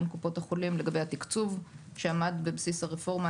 קופות החולים לגבי התקצוב שעמד בבסיס הרפורמה,